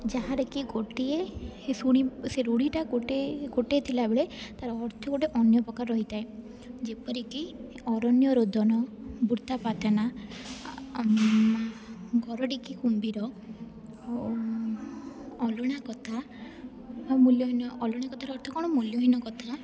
ଯାହାର କି ଗୋଟିଏ ହେ ଶୁଣି ସେ ରୂଢ଼ିଟା ଗୋଟେ ଗୋଟେ ଥିଲା ବେଳେ ତାର ଅର୍ଥ ଗୋଟେ ଅନ୍ୟ ପ୍ରକାର ରହିଥାଏ ଯେପରିକି ଅରନ୍ୟ ରୋଦନ ବୃଥା ପ୍ରାର୍ଥନା ଘର ଢ଼ିଙ୍କି କୁମ୍ଭୀର ଆଉ ଅଲଣା କଥା ଆଉ ମୂଲ୍ୟହୀନ ଅଲଣା କଥାର ଅର୍ଥ କଣ ମୂଲ୍ୟହୀନ କଥା